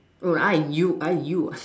oh I you I you ah